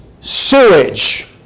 sewage